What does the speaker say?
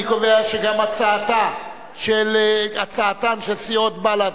אני קובע שגם הצעתן של סיעות בל"ד,